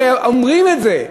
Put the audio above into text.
הרי אומרים את זה,